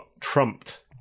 trumped